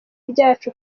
ryacu